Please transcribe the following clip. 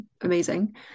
amazing